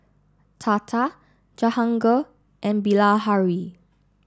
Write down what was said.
Tata Jahangir and Bilahari